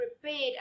prepared